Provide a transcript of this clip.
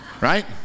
Right